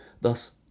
thus